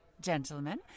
gentlemen